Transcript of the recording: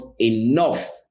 Enough